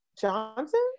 johnson